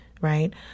right